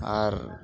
ᱟᱨ